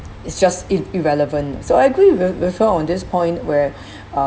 it's just ir~ irrelevant so I agree with with her on this point where